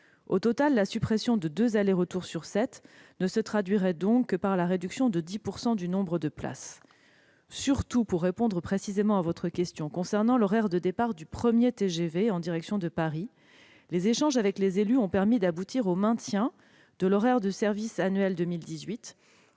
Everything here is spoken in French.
Au total, la suppression de deux allers-retours sur sept ne se traduirait donc que par une réduction de 10 % du nombre de places. Pour répondre précisément à votre question concernant l'horaire de départ du premier TGV en direction de Paris, je vous indique, madame la sénatrice, que les échanges avec les élus ont permis d'aboutir au maintien de l'horaire du service annuel 2018,